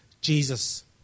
jesus